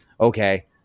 okay